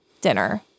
dinner